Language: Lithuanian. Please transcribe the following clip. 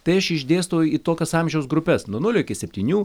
tai aš išdėstau į tokias amžiaus grupes nuo nulio iki septynių